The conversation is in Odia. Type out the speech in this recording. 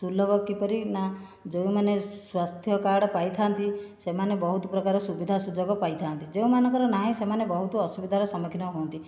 ସୁଲଭ କିପରି ନାଁ ଯେଉଁମାନେ ସ୍ଵାସ୍ଥ୍ୟ କାର୍ଡ଼ ପାଇଥାନ୍ତି ସେମାନେ ବହୁତ ପ୍ରକାର ସୁବିଧା ସୁଯୋଗ ପାଇଥାନ୍ତି ଯେଉଁମାନଙ୍କର ନାହିଁ ସେମାନେ ବହୁତ ଅସୁବିଧାର ସମ୍ମୁଖୀନ ହୁଅନ୍ତି